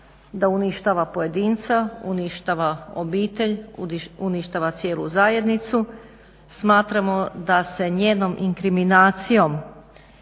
da uništava pojedinca, uništava obitelj, uništava cijelu zajednicu. Smatramo da se njenom inkriminacijom